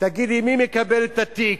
תגיד לי, מי מקבל את התיק?